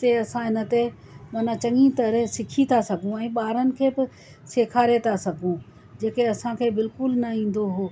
ते असां हिन ते माना चङी तरह सिखी ता सघूं ऐं ॿारनि खे बि सेखारे था सघूं जेके असांखे बिल्कुल न ईंदो हुओ